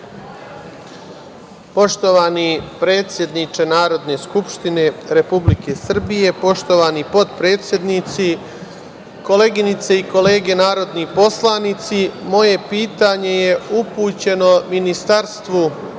Poštovani predsedniče Narodne skupštine Republike Srbije, poštovani potpredsednici, koleginice i kolege narodni poslanici, moje pitanje je upućeno MUP i Ministarstvu za